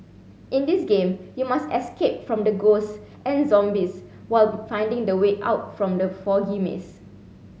in this game you must escape from the ghosts and zombies while finding the way out from the foggy maze